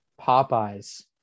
Popeyes